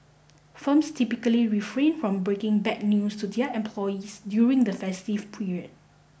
firms typically refrain from breaking bad news to their employees during the festive period